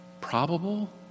Probable